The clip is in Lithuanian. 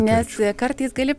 nes kartais gali